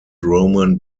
roman